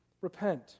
repent